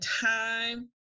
time